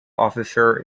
officer